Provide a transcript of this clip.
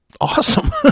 awesome